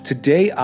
Today